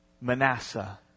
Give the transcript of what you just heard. Manasseh